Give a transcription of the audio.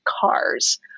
cars